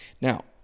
Now